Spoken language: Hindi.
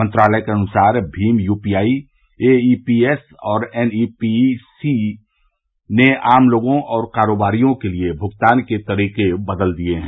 मंत्रालय के अनुसार भीम यूपीआई एईपीएस और एनईपीसी ने आम लोगों और कारोबारियों के लिए भुगतान के तरीके बदल दिये हैं